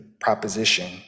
proposition